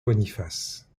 boniface